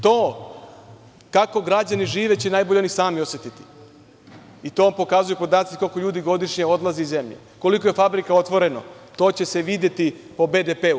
To kako građani žive će najbolje oni sami osetiti i to pokazuju podaci koliko ljudi godišnje odlazi iz zemlje, koliko je fabrika otvoreno, to će se videti po BDP.